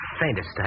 faintest